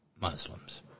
Muslims